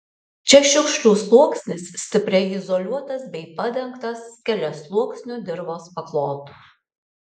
čia šiukšlių sluoksnis stipriai izoliuotas bei padengtas keliasluoksniu dirvos paklotu